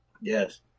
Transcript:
Yes